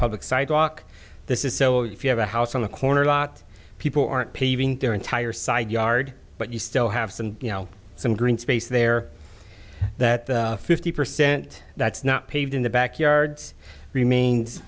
public sidewalk this is so if you have a house on the corner lot people aren't paving their entire side yard but you still have some you know some green space there that fifty percent that's not paved in the backyards remains